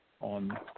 on